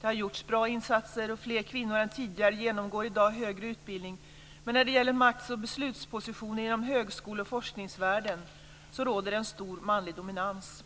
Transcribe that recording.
Det har gjorts bra insatser, och fler kvinnor än tidigare genomgår i dag högre utbildning. Men när det gäller makt och beslutspositioner inom högskole och forskningsvärlden råder det en stor manlig dominans.